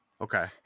Okay